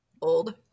old